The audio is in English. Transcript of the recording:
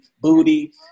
booty